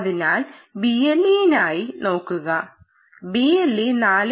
അതിനാൽ BLE നായി നോക്കുക BLE 4